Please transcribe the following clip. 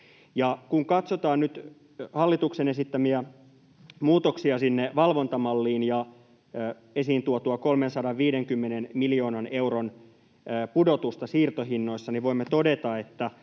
kun katsotaan nyt hallituksen esittämiä muutoksia sinne valvontamalliin ja esiin tuotua 350 miljoonan euron pudotusta siirtohinnoissa, niin voimme todeta, että